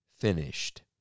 finished